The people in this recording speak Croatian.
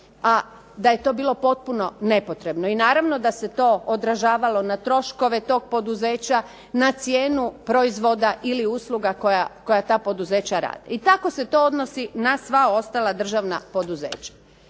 da je to bilo potpuno nepotrebno. I naravno da se to odražavalo na troškove tog poduzeća, na cijenu proizvoda ili usluga koje ta poduzeća rade. I tako se to odnosi na sva ostala državna poduzeća.